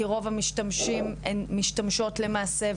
כי רוב המשתמשים הן משתמשות למעשה,